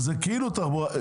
זה כאילו תחבורה,